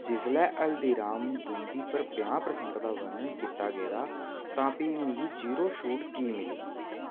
जिसलै हल्दीराम बूंदी पर पंजाह् परसैंट दा बर्णन कीता गेदा तां फ्ही मिगी जीरो छूट की मिली